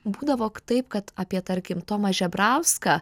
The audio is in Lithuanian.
būdavo taip kad apie tarkim tomą žebrauską